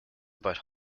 about